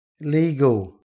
legal